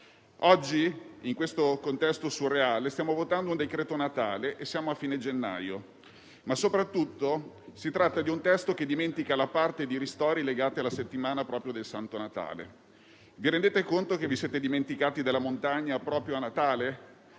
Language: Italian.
Oggi, in questo contesto surreale, stiamo votando un decreto Natale e siamo a fine gennaio. Ma soprattutto si tratta di un testo che dimentica la parte di ristori legata proprio alla settimana del Santo Natale. Vi rendete conto che vi siete dimenticati della montagna proprio a Natale?